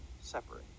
separate